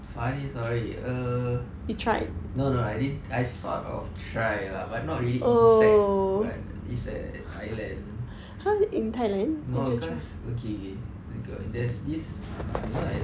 funny story err no no I didn't I sort of tried lah but not really insect but it's at thailand no cause okay there's this err you know at